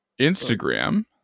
Instagram